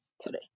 today